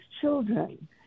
children